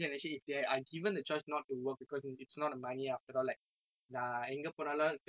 நான் எங்க போனாலும்:naan enga ponaalum free ah போலாம் காசே தேவை இல்லை அப்படி இருந்தா:polaam kase thevai illai appadi irunthaa